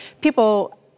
people